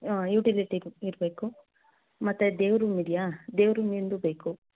utility ಇರಬೇಕು ಮತ್ತು ದೇವರ ರೂಮ್ ಇದೆಯಾ ದೇವರ ರೂಮಿನದು ಬೇಕು